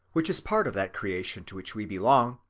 which is part of that creation to which we belong,